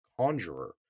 Conjurer